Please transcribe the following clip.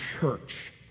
church